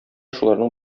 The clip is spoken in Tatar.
шуларның